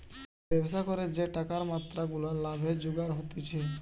ব্যবসা করে যে টাকার মাত্রা গুলা লাভে জুগার হতিছে